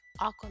Aquaman